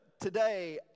today